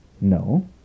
No